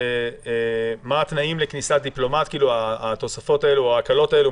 מה התנאים לכניסת דיפלומט בהקלות האלה?